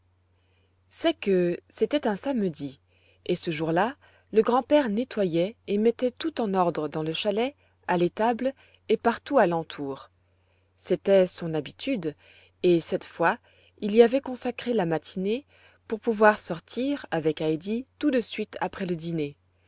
c'est que c'était un samedi et ce jour-là le grand-père nettoyait et mettait tout en ordre dans le chalet à l'étable et partout à l'entour c'était son habitude et cette fois il y avait consacré la matinée pour pouvoir sortir avec heidi tout de suite après le dîner